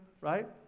right